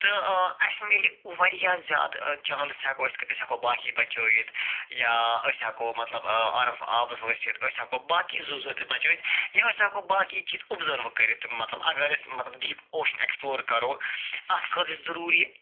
تہٕ اَسہِ مِلہِ واریاہ زیادٕ چانٕس ہٮ۪کو أسۍ ہٮ۪کو باقٕے بَچٲیِتھ یا أسۍ ہٮ۪کو مَطلَب آرام سان آبَس ؤسِتھ أسۍ ہٮ۪کو باقی زُو زٲژ تہِ بَچٲیِتھ یا أسۍ ہٮ۪کو باقی چیٖز اوبزٔرٕو کٔرِتھ مَطلَب اگر أسۍ مطلب ڈیٖپ اوشَن ایٚکسپلور کرو اَتھ خٲطرٕ چھُ ضٔروٗری